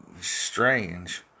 strange